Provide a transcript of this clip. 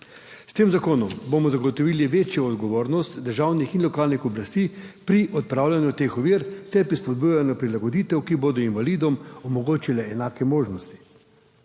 S tem zakonom bomo zagotovili večjo odgovornost državnih in lokalnih oblasti pri odpravljanju teh ovir ter pri spodbujanju prilagoditev, ki bodo invalidom omogočile enake možnosti.